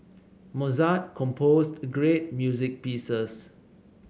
Mozart composed great music pieces